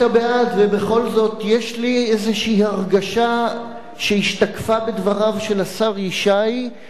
יש לי איזושהי הרגשה שהשתקפה בדבריו של השר ישי שהממשלה נגד.